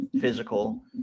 physical